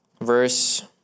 verse